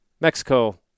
Mexico